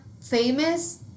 famous